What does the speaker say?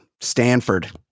Stanford